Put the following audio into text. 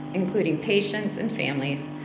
including patients and families,